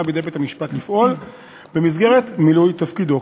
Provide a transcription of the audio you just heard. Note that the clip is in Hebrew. בידי בית-המשפט לפעול במסגרת מילוי תפקידו.